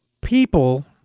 people